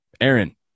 Aaron